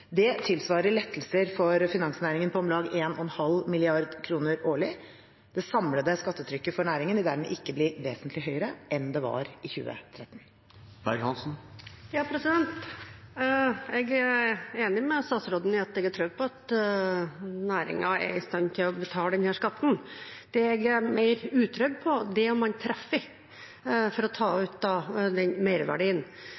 Det tilsvarer en lettelse for finansnæringen på om lag 1,5 mrd. kr årlig. Det samlede skattetrykket for næringen vil dermed ikke bli vesentlig høyere enn det var i 2013. Jeg er enig med statsråden, jeg er trygg på at næringen er i stand til å betale denne skatten. Det jeg er mer utrygg på, er om den treffer for å ta